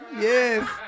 Yes